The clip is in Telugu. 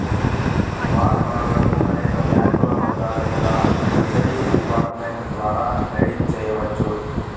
వార్ బాండ్లను అనేక బ్యాంకుల వద్ద లేదా ట్రెజరీ డిపార్ట్మెంట్ ద్వారా రిడీమ్ చేయవచ్చు